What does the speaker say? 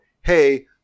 Hey